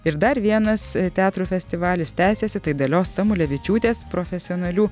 ir dar vienas teatrų festivalis tęsiasi tai dalios tamulevičiūtės profesionalių